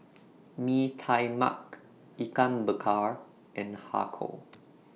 Mee Tai Mak Ikan Bakar and Har Kow